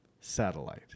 Satellite